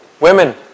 Women